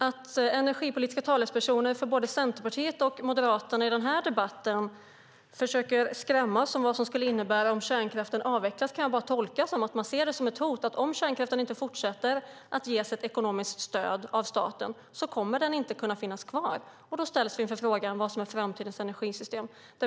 Att energipolitiska talespersoner för både Centerpartiet och Moderaterna i den här debatten försöker skrämma oss med vad det skulle innebära om kärnkraften avvecklas kan jag bara tolka som ett hot om att om inte staten fortsätter att ge kärnkraften ekonomiskt stöd kommer den inte att kunna finnas kvar. Då ställs vi inför frågan vad som är framtidens energisystem.